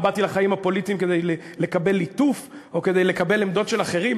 באתי לחיים הפוליטיים כדי לקבל ליטוף או כדי לקבל עמדות של אחרים?